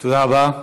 תודה רבה.